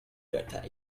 that